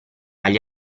agli